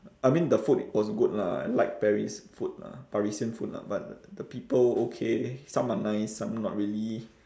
I mean the food was good lah I like paris food lah parisian food lah but the people okay some are nice some not really